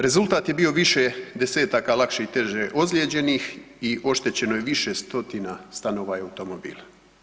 Rezultat je bio više desetaka lakše i teše ozlijeđenih i oštećeno je više stotina stanova i automobila.